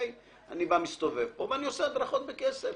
אני מסתובב פה ואני עושה הדרכות בכסף,